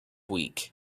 week